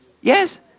Yes